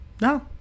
No